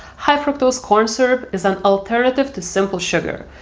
high fructose corn syrup is an alternative to simple sugar.